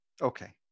Okay